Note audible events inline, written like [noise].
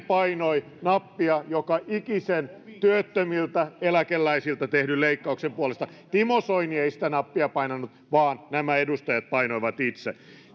[unintelligible] painoi nappia joka ikisen työttömiltä eläkeläisiltä tehdyn leikkauksen puolesta timo soini ei sitä nappia painanut vaan nämä edustajat painoivat itse